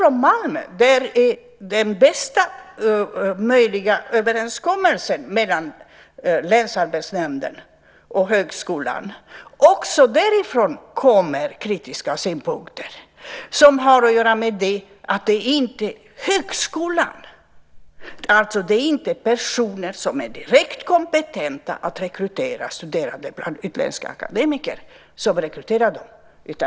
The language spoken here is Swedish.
I Malmö finns den bästa möjliga överenskommelsen mellan länsarbetsnämnden och högskolan. Också därifrån kommer kritiska synpunkter, som har att göra med att det inte är högskolan, alltså inte personer som är direkt kompetenta att rekrytera studerande bland utländska akademiker, som rekryterar dem.